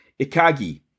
ikagi